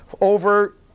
over